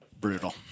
Brutal